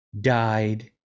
died